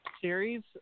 series